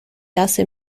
hace